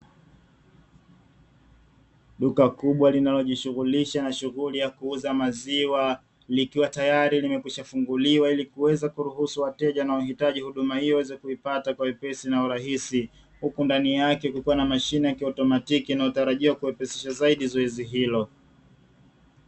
Duka kubwa linalojishughulisha na shughuli ya kuuza maziwa likiwa tayari limekwisha funguliwa ili kuweza kuruhusu wateja na wahitaji, huduma hiyo waweze kuipata kwa wepesi na urahisi, huku ndani yake kukikuwa na mashine kiautomatiki na inayotarajiwa kurahisisha zaidi zoezi hilo.